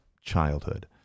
childhood